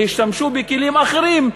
והם השתמשו בכלים אחרים.